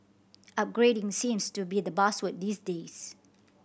upgrading seems to be the buzzword these days